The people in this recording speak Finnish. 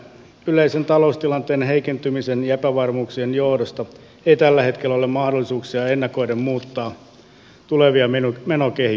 yleisen taloustilanteen heikentymisen ja epävarmuuksien johdosta ei tällä hetkellä ole mahdollisuuksia ennakoiden muuttaa tulevia menokehyksiä